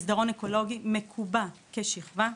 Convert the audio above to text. המסדרון האקולוגי הזה מקובע כשכבה.